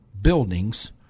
buildings